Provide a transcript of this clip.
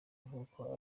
nkuko